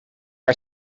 are